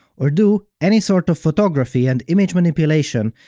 or do any sort of photography and image manipulation,